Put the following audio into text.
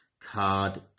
card